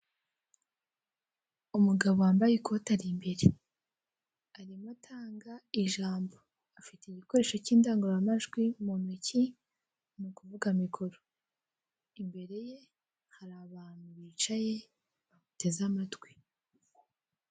Umugabo wambaye ikoti ari imbere, arimo atanga ijambo, afite igikoresho cy'indangururamajwi mu ntoki, ni ukuvuga mikoro. Imbere ye hari abantu bicaye bamuteze amatwi.